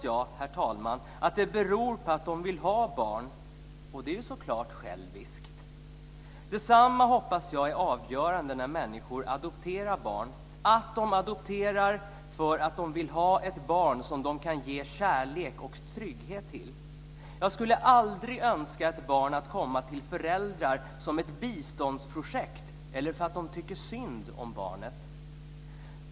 Jag hoppas att det beror på att de vill ha barn, och det är ju så klart själviskt. Detsamma hoppas jag är avgörande när människor adopterar barn, att de adopterar för att de vill ha ett barn som de kan ge kärlek och trygghet till. Jag skulle aldrig önska ett barn att komma till föräldrar som ett biståndsprojekt eller för att de tycker synd om barnet.